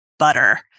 butter